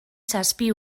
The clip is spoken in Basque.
zazpi